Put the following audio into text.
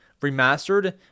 remastered